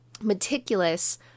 meticulous